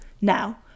Now